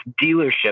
dealership